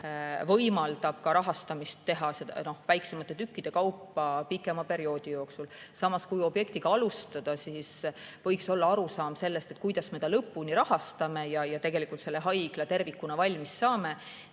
võimaldab see teha rahastamist väiksemate tükkide kaupa pikema perioodi jooksul. Samas, kui mingi objektiga alustada, siis võiks olla arusaam sellest, kuidas me ta lõpuni rahastame ja tegelikult selle haigla tervikuna valmis saame.